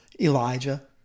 Elijah